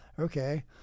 Okay